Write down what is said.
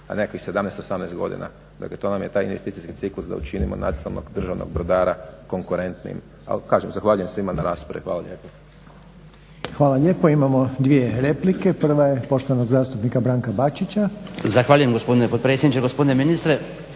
na nekakvih 17, 18 godina. Dakle, to nam je taj investicijski ciklus da učinimo nacionalnog, državnog brodara konkurentnijim. Ali kažem, zahvaljujem svima na raspravi. Hvala lijepo. **Reiner, Željko (HDZ)** Hvala lijepo. Imamo dvije replike, prva je poštovanog zastupnika Branka Bačića. **Bačić, Branko (HDZ)** Zahvaljujem gospodine potpredsjedniče, gospodine ministre.